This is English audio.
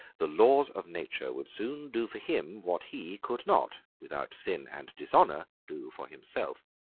the laws of nature would soon do for him what he could not, without sin and dishonour, do for himself.